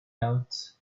out